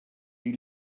die